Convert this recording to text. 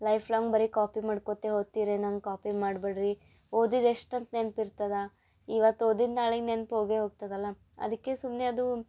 life long ಬರಿ copy ಮಾಡ್ಕೊತೇ ಓದ್ತಿರೇನು ಹಂಗ್ ಕಾಪಿ ಮಾಡಬೇಡ್ರಿ ಓದಿದ್ದು ಎಷ್ಟು ಅಂತ ನೆನ್ಪಿರ್ತದೆ ಇವತ್ತು ಓದಿದ್ದು ನಾಳೆಗೆ ನೆನ್ಪು ಹೋಗೇ ಹೋಗ್ತದಲ್ಲ ಅದಕ್ಕೆ ಸುಮ್ಮನೆ ಅದು